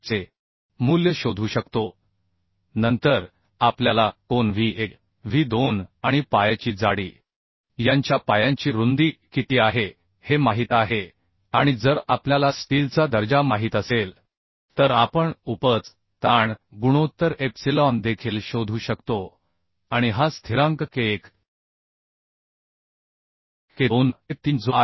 चे मूल्य शोधू शकतो नंतर आपल्याला कोन व्ही 1 व्ही 2 आणि पायाची जाडी यांच्या पायांची रुंदी किती आहे हे माहित आहे आणि जर आपल्याला स्टीलचा दर्जा माहित असेल तर आपण उपज ताण गुणोत्तर एप्सिलॉन देखील शोधू शकतो आणि हा स्थिरांक के 1 के 2 के 3 जो आय